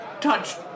touched